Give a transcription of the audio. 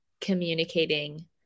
communicating